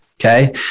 okay